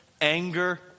anger